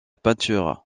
peinture